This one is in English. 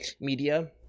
media